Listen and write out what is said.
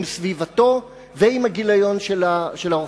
עם סביבתו ועם הגיליון של הרופא.